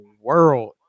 world